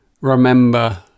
remember